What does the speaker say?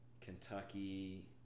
Kentucky